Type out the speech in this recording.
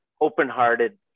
open-hearted